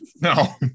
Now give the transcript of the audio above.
No